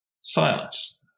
Silence